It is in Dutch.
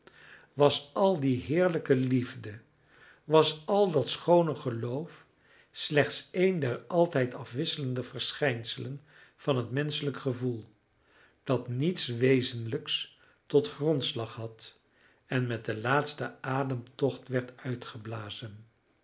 was al die heerlijke liefde was al dat schoone geloof slechts een der altijd afwisselende verschijnselen van het menschelijk gevoel dat niets wezenlijks tot grondslag had en met den laatsten ademtocht werd